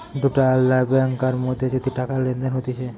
দুটা আলদা ব্যাংকার মধ্যে যদি টাকা লেনদেন হতিছে